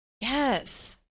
Yes